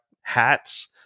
hats